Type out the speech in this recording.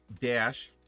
dash